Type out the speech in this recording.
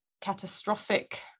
catastrophic